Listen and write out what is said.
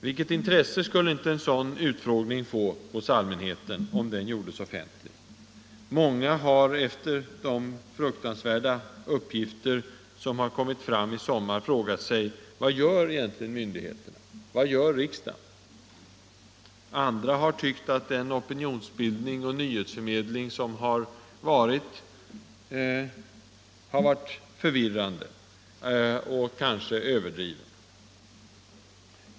Vilket intresse skulle inte en sådan utfrågning få hos allmänheten, om den gjordes offentlig. Många har efter de uppgifter som har kommit fram i sommar frågat sig: Vad gör egentligen myndigheterna? Vad gör riksdagen? Andra har tyckt att den opinionsbildning och den nyhetsförmedling som förekommit har varit förvirrande och kanske överdriven.